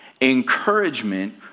Encouragement